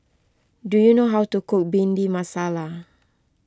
do you know how to cook Bhindi Masala